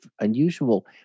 unusual